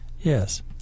Yes